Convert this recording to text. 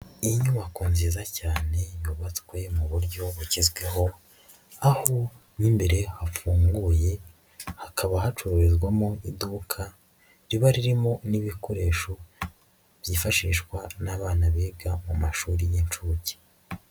Inyubako nziza cyane yubatswe mu buryo bugezweho, aho mo imbere hafunguye, hakaba hacururizwamo iduka riba ririmo n'ibikoresho byifashishwa n'abana biga mu mashuri y'inshuke.